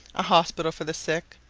a hospital for the sick,